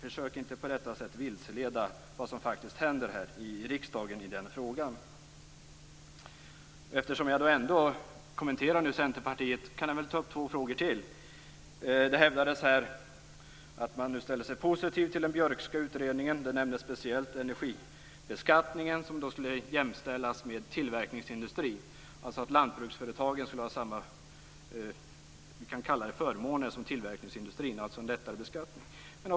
Försök inte att på detta sätt vilseleda oss om vad som faktiskt händer i riksdagen i den frågan. Eftersom jag ändå kommenterar Centerpartiet kan jag ta upp två frågor till. Det hävdades att man nu ställer sig positiv till den Björkska utredningen. Man nämnde speciellt energibeskattningen, som föreslås jämställas med energibeskattningen i tillverkningsindistri. Lantbruksföretagen skulle ha samma förmåner som tillverkningsindustrin och alltså beskattas lättare.